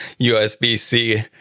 USB-C